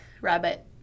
rabbit